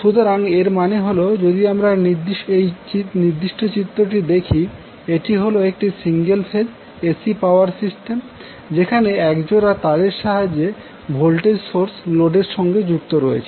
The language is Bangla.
সুতরাং এর মানে হল যদি আমরা এই নির্দিষ্ট চিত্রটি দেখি এটি হল একটি single phase AC power system যেখানে এক জোড়া তারের সাহায্যে ভোল্টেজ সোর্স লোডের সঙ্গে যুক্ত রয়েছে